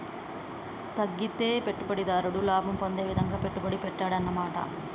తగ్గితే పెట్టుబడిదారుడు లాభం పొందే విధంగా పెట్టుబడి పెట్టాడన్నమాట